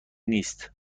نیست